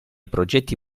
progetti